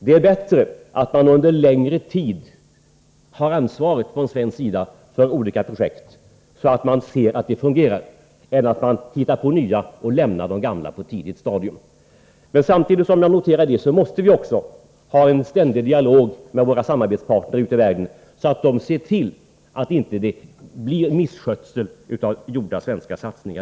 Det är bättre att man under längre tid har ansvaret från svensk sida för olika projekt, så att man ser att de fungerar, än att man hittar på nya och lämnar de gamla på ett tidigt stadium. Men samtidigt som jag noterar detta vill jag också säga att vi måste ha en ständig dialog med samarbetspartnerna ute i världen, så att de ser till att gjorda svenska satsningar inte missköts.